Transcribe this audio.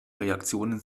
reaktionen